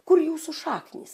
kur jūsų šaknys